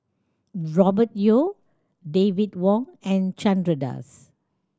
Robert Yeo David Wong and Chandra Das